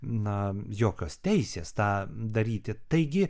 na jokios teisės tą daryti taigi